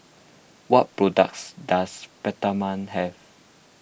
what products does Peptamen have